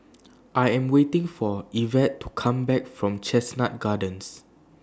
I Am waiting For Evette to Come Back from Chestnut Gardens